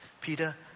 Peter